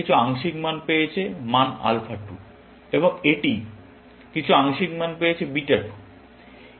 এটা কিছু আংশিক পেয়েছে মান আলফা 2 এবং এটি কিছু আংশিক মান পেয়েছে বিটা 2